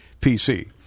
PC